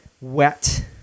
Wet